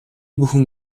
бүхэн